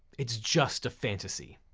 it's just a fantasy.